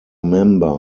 member